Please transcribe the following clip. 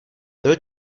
byl